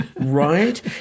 right